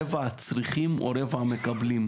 רבע צריכים או רבע מקבלים?